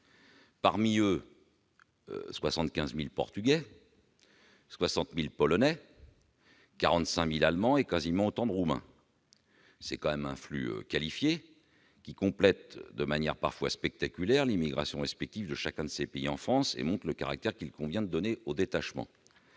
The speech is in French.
parmi lesquels 75 000 Portugais, 60 000 Polonais, 45 000 Allemands et quasiment autant de Roumains. C'est un flux qualifié, qui complète de manière parfois spectaculaire l'immigration respective de chacun de ces pays en France et montre le caractère qu'il convient de donner au détachement,